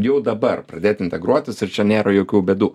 jau dabar pradėti integruotis ir čia nėra jokių bėdų